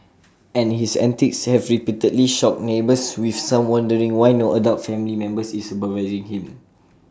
and his antics have repeatedly shocked neighbours with some wondering why no adult family member is supervising him